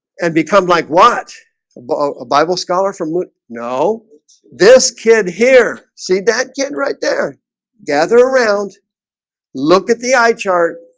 and become like what a bible scholar from would know this kid here see that kid right there gather around look at the eye chart